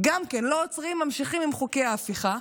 גם כן, לא עוצרים, ממשיכים עם חוקי ההפיכה.